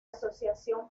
asociación